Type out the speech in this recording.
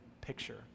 picture